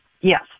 Yes